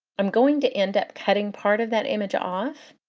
i'm going to end up cutting part of that image off,